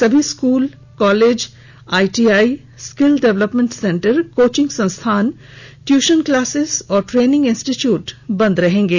सभी school college ITI skill development centre coaching संस्थान tuition classes और ट्रेनिंग इंस्टिट्यूट बंद रहेंगे